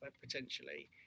potentially